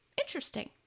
interesting